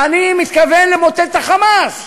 אני מתכוון למוטט את ה"חמאס".